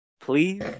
please